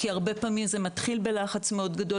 כי הרבה פעמים זה מתחיל בלחץ מאוד גדול,